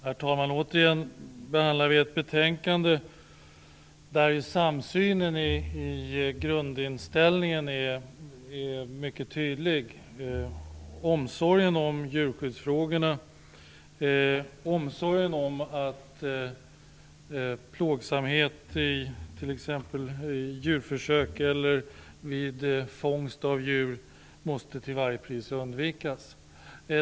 Herr talman! Återigen behandlar vi ett betänkande där samsynen om grundinställningen är mycket tydlig vad gäller omsorgen om djurskyddsfrågorna och om att plågsamhet vid t.ex. djurförsök eller vid fångst av djur till varje pris måste undvikas.